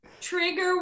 Trigger